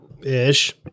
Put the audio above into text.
ish